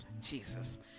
Jesus